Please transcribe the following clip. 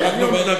אתה אומר.